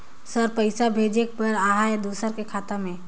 Sir पइसा भेजे बर आहाय दुसर के खाता मे?